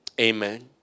Amen